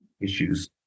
issues